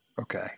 Okay